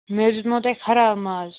مےٚ حظ دیُتمو تۄہہِ خراب ماز